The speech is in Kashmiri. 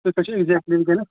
یہِ گٔیہِ کٔشیٖر گٔیہِ زیٖنت